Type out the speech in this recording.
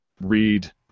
read